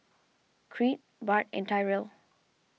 Creed Bart and Tyrel